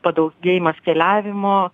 padaugėjimas keliavimo